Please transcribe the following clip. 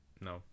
No